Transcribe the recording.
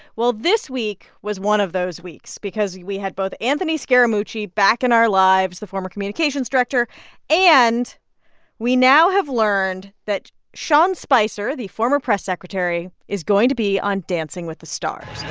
well, this week was one of those weeks because we we had both anthony scaramucci back in our lives the former communications director and we now have learned that sean spicer, the former press secretary, is going to be on dancing with the stars.